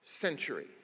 century